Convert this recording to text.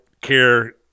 care